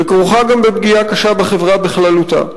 וכרוכה גם בפגיעה קשה בחברה בכללותה.